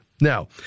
Now